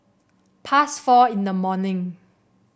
past four in the morning